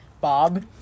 Bob